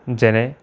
যেনে